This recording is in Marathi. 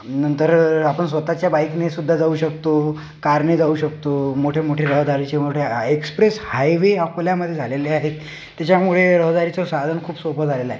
नंतर आपण स्वतःच्या बाईकनेसुद्धा जाऊ शकतो कारने जाऊ शकतो मोठेमोठे रहदारीचे मोठे एक्सप्रेस हायवे अकोल्यामध्ये झालेले आहेत त्याच्यामुळे रहदारीचं साधन खूप सोपं झालेलं आहे